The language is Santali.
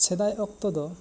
ᱥᱮᱫᱟᱭ ᱚᱠᱛᱚ ᱫᱚ